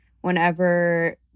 whenever